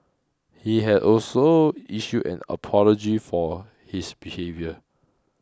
he has also issued an apology for his behaviour